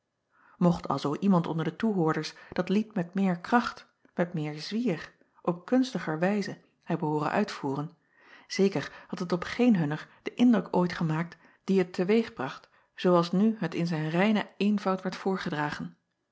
ocht alzoo iemand onder de toehoorders dat lied met meer kracht met meer zwier op kunstiger wijze hebben hooren uitvoeren zeker had het op geen hunner den indruk ooit gemaakt dien het te weeg bracht zoo als nu het in zijn reinen eenvoud werd voorgedragen